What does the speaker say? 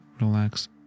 relax